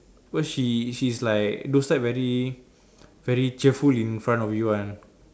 because she she's like those type very very cheerful in front of you one